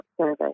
service